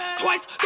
Twice